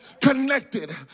connected